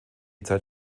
zeit